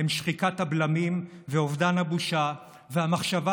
הוא שחיקת הבלמים ואובדן הבושה והמחשבה